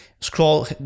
scroll